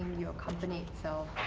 your company sell,